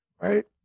right